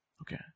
Okay